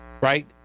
right